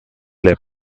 lip